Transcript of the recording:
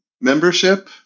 membership